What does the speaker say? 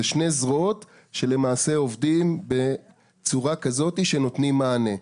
זה שני זרועות שלמעשה עובדים בצורה כזאת שנותנים מענה.